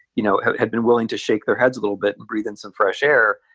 you know had been willing to shake their heads a little bit and breathe in some fresh air,